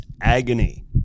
agony